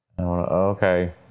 okay